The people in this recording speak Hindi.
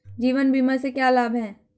जीवन बीमा से क्या लाभ हैं?